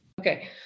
Okay